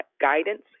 guidance